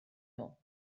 nhw